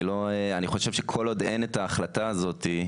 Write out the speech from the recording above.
אני חושב שכל עוד אין את ההחלטה הזאת,